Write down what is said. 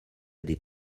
des